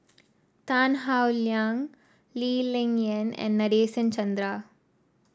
Tan Howe Liang Lee Ling Yen and Nadasen Chandra